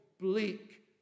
bleak